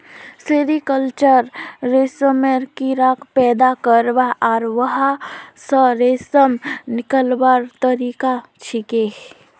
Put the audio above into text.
sericulture रेशमेर कीड़ाक पैदा करवा आर वहा स रेशम निकलव्वार तरिका छिके